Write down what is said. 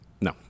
No